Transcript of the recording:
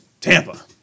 Tampa